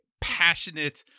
passionate